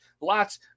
Lots